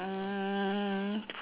uh